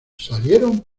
salieron